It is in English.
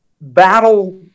battle